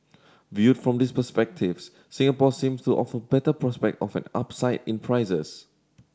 viewed from this perspectives Singapore seems to offer better prospect often upside in prices